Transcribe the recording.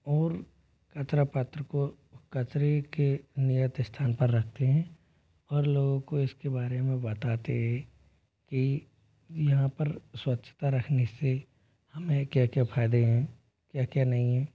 और कचरा पात्र को कचरे के नियत स्थान पर रखते हैं और लोगों को इसके बारे में बताते है कि यहाँ पर स्वच्छता रखने से हमें क्या क्या फ़ायदे हैं क्या क्या नहीं हैं